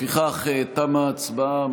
לפיכך תמה ההצבעה.